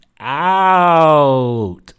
out